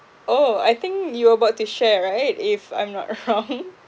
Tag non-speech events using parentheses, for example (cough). oh I think you about to share right if I'm not around (laughs)